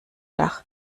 dach